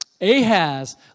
Ahaz